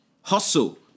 Hustle